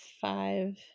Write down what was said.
five